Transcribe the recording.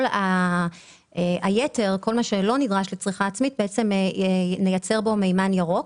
כל מה שנדרש לצריכה עצמית מייצר מימן ירוק,